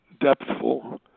depthful